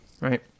right